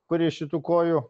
kuri šitų kojų